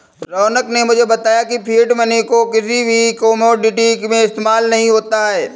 रौनक ने मुझे बताया की फिएट मनी को किसी भी कोमोडिटी में इस्तेमाल नहीं होता है